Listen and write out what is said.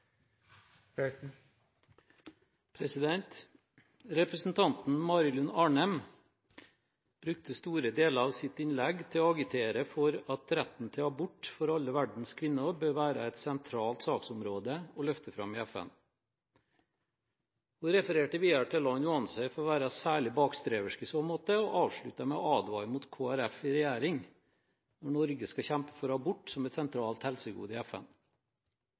tilnærming. Representanten Mari Lund Arnem brukte store deler av sitt innlegg til å agitere for at retten til abort for alle verdens kvinner bør være et sentralt saksområde å løfte fram i FN. Hun refererte videre til land hun anser for å være særlig bakstreverske i så måte, og avsluttet med å advare mot Kristelig Folkeparti i regjering – Norge skal kjempe for abort som et sentralt helsegode i FN.